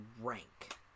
rank